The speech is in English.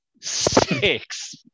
Six